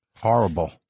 Horrible